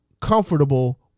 comfortable